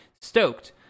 stoked